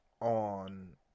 on